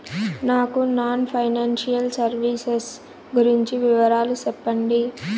నాకు non financial services గురించి వివరాలు సెప్పండి?